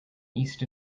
east